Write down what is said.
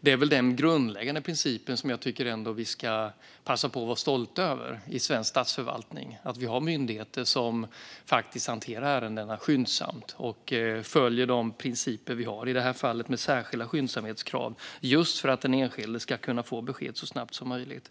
Det är väl den grundläggande princip som jag tycker att vi ska passa på att vara stolta över i svensk statsförvaltning: att vi har myndigheter som faktiskt hanterar ärendena skyndsamt och följer de principer vi har i det här fallet med särskilda skyndsamhetskrav, just för att den enskilde ska kunna få besked så snabbt som möjligt.